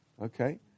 okay